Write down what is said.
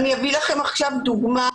אני אביא לכם עכשיו דוגמה.